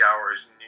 hours